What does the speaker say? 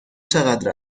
چقدر